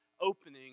opening